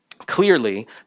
Clearly